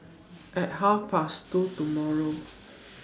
At Half Past two tomorrow